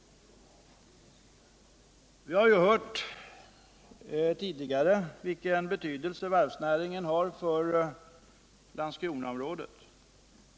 Vi har tidigare hört vilken betydelse varvsnäringen har för Landskronaområdet.